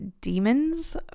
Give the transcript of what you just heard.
demons